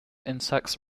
insects